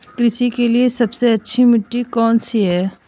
कृषि के लिए सबसे अच्छी मिट्टी कौन सी है?